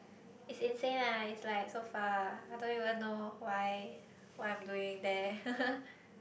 is insane lah is like so far I don't even know why why I'm doing there